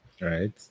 Right